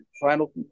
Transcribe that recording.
final